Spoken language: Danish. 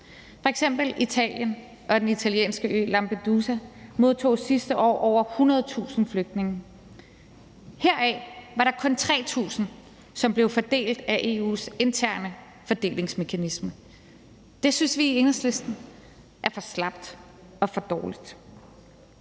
modtog Italien og den italienske ø Lampedusa sidste år over 100.000 flygtninge, og heraf var der kun 3.000, som blev fordelt efter EU's interne fordelingsmekanisme. Det synes vi i Enhedslisten er for slapt og for dårligt.